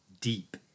deep